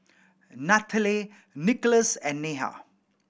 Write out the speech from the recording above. Nathalie Nicolas and Neha